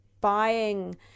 buying